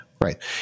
right